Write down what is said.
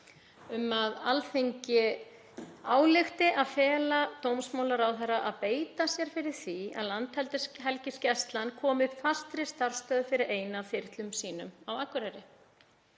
um að Alþingi álykti að fela dómsmálaráðherra að beita sér fyrir því að Landhelgisgæslan komi upp fastri starfsstöð fyrir eina af þyrlum sínum á Akureyri.